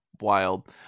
wild